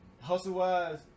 hustle-wise